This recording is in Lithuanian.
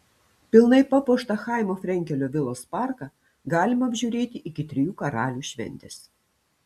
pilnai papuoštą chaimo frenkelio vilos parką galima apžiūrėti iki trijų karalių šventės